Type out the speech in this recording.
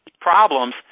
problems